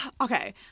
okay